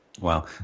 Wow